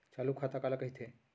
चालू खाता काला कहिथे?